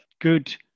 good